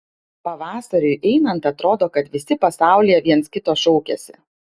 pavasariui einant atrodo kad visi pasaulyje viens kito šaukiasi